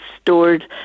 stored